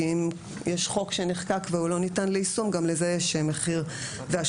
כי אם יש חוק שנחקק והוא לא ניתן ליישום גם לזה יש מחיר והשלכות.